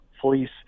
police